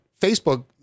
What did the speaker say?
Facebook